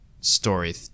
story